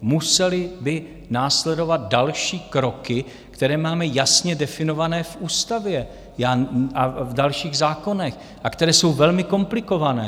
Musely by následovat další kroky, které máme jasně definované v ústavě a v dalších zákonech a které jsou velmi komplikované.